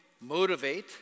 motivate